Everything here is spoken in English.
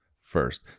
first